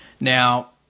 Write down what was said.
Now